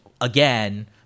again